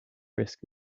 risk